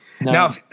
now